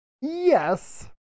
Yes